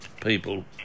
people